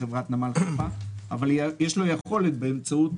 חברת נמל חיפה אבל יש לו יכולת באמצעות